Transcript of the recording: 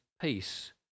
peace